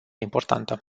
importantă